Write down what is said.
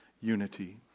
unity